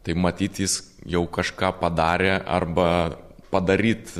tai matyt jis jau kažką padarė arba padaryt